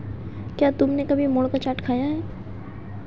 क्या तुमने कभी मोठ का चाट खाया है?